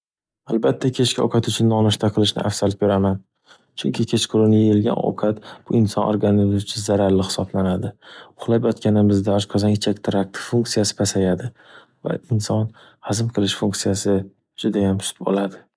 Albatta, kechki ovkat uchun nonishta qilishni afzal ko'raman, chunki kechqurun yeyilgan ovqat bu inson organizmi uchun zararli hisoblanadi. Uxlab yotganimizda oshqazon ichak trakti funksiyasi pasayadi va inson hazm qilish funksiyasi judayam sust bo'ladi.